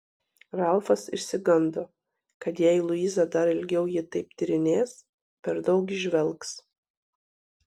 ralfas išsigando kad jei luiza dar ilgiau jį taip tyrinės per daug įžvelgs